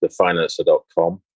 thefinancer.com